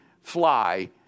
fly